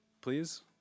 please